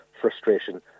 frustration